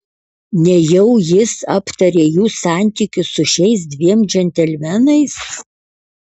nejau jis aptarė jų santykius su šiais dviem džentelmenais